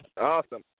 Awesome